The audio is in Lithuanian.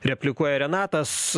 replikuoja renatas